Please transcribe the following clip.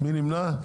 מי נמנע?